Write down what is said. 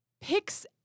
Picks